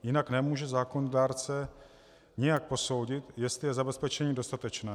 Jinak nemůže zákonodárce nijak posoudit, jestli je zabezpečení dostatečné.